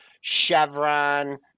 Chevron